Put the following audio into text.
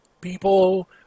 people